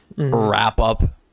wrap-up